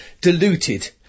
diluted